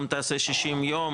גם אם תעשה 60 יום,